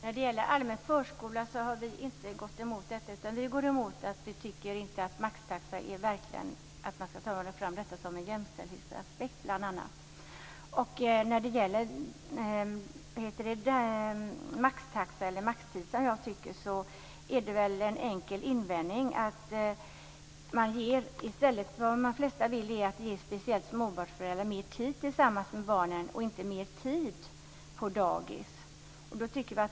Fru talman! Vi har inte gått emot allmän förskola. Vi tycker inte att maxtaxa har en jämställdhetsaspekt. Det är en enkel invändning mot maxtaxan - i stället för som jag tycker maxtid - att de flesta vill ge speciellt småbarnsföräldrar mer tid tillsammans med barnen och inte mer tid på dagis.